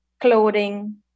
clothing